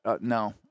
no